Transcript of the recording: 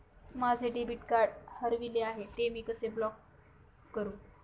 माझे debit card हरविले आहे, ते मी ब्लॉक कसे करु?